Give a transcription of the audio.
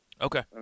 Okay